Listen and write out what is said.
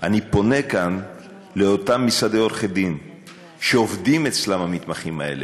אני פונה כאן לאותם משרדי עורכי-דין שעובדים אצלם המתמחים האלה,